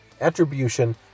attribution